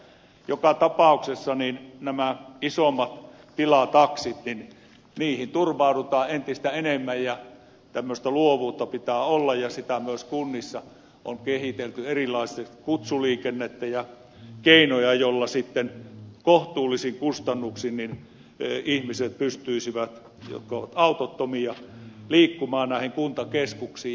joka tapauksessa näihin isompiin tilatakseihin turvaudutaan entistä enemmän ja tämmöistä luovuutta pitää olla ja sitä myös kunnissa on kehitelty erilaista kutsuliikennettä ja keinoja joilla sitten kohtuullisin kustannuksin ihmiset jotka ovat autottomia pystyisivät liikkumaan näihin kuntakeskuksiin